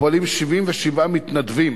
פועלים 77 מתנדבים